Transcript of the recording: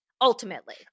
ultimately